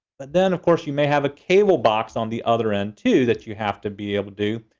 but then of course you may have a cable box on the other end too that you have to be able to do.